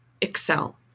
excel